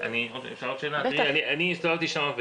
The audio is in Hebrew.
הדברים האלה יצטרכו להתגבש בתהליך גיבוש ההסברה,